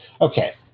Okay